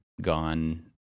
gone